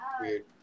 Weird